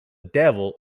devil